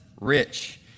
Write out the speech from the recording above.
rich